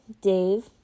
Dave